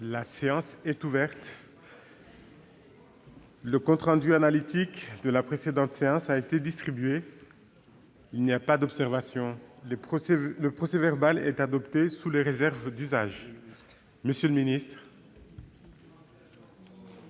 La séance est ouverte. Le compte rendu analytique de la précédente séance a été distribué. Il n'y a pas d'observation ?... Le procès-verbal est adopté sous les réserves d'usage. L'ordre du jour